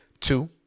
Two